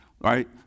right